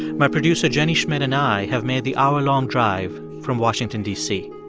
my producer jenny schmidt and i have made the hour-long drive from washington, d c.